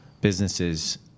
businesses